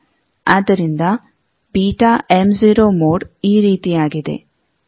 ಆದ್ದರಿಂದ βm 0 mode ಈ ರೀತಿಯಾಗಿದೆ